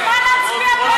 על מה להצביע בעד?